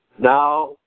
Now